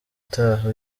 taha